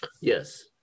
Yes